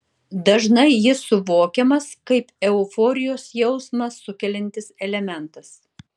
dažnai jis suvokiamas kaip euforijos jausmą sukeliantis elementas